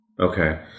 Okay